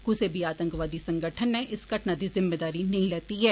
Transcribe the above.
कुसै बी आतंकवादी संगठन नै इस घटना दी जिम्मेदारी नेईं लैती ऐ